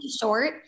short